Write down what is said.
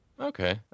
Okay